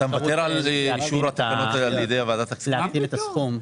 להגדיל את הסכום,